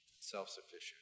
self-sufficient